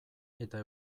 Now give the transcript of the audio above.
eta